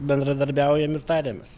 bendradarbiaujam ir tariamės